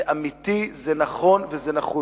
זה אמיתי, זה נכון וזה נחוץ.